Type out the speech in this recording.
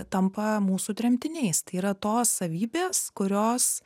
tampa mūsų tremtiniais tai yra tos savybės kurios